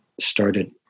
started